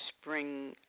spring